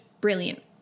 brilliant